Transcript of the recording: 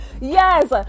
yes